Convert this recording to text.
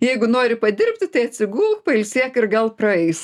jeigu nori padirbti tai atsigulk pailsėk ir gal praeis